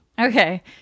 Okay